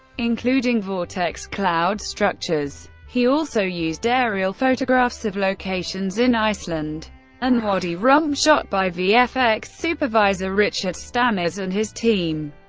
including vortex cloud structures. he also used aerial photographs of locations in iceland and wadi rum shot by vfx supervisor richard stammers and his team.